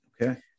Okay